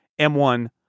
M1